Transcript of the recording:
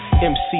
MC